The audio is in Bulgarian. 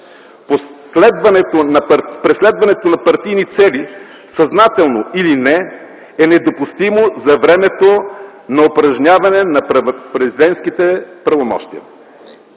Преследването на партийни цели, съзнателно или не, е недопустимо за времето на упражняване на президентските правомощия.